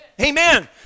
amen